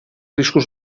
riscos